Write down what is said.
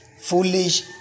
Foolish